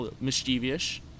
mischievous